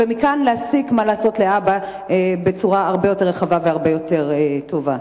ומכאן להסיק מה לעשות להבא בצורה הרבה יותר רחבה והרבה יותר טובה.